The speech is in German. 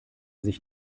sich